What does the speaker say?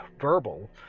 verbal